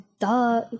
duh